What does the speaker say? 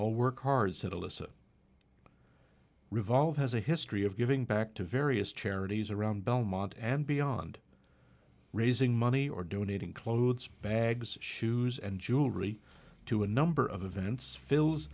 alyssa revolve has a history of giving back to various charities around belmont and beyond raising money or donating clothes bags shoes and jewelry to a number of events fills